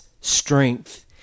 strength